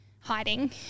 hiding